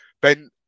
Ben